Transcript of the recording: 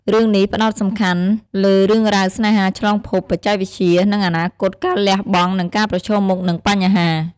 រឿងនេះផ្តោតសំខាន់លើរឿងរ៉ាវស្នេហាឆ្លងភព បច្ចេកវិទ្យា និងអនាគត ការលះបង់ និងការប្រឈមមុខនឹងបញ្ហា ។